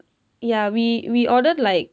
ya we we ordered like